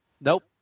Nope